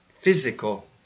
physical